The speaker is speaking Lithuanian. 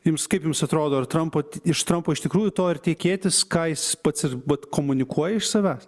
jums kaip jums atrodo ar trampo iš trampo iš tikrųjų to ir tikėtis ką jis pats ir bet komunikuoja iš savęs